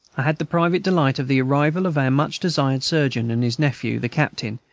i had the private delight of the arrival of our much-desired surgeon and his nephew, the captain,